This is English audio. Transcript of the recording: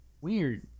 Weird